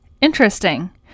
Interesting